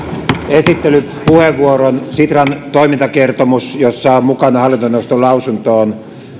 esittelypuheenvuoron sitran toimintakertomus jossa on mukana hallintoneuvoston lausunto on